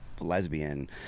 lesbian